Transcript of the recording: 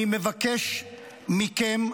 אני מבקש מכם,